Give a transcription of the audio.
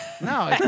no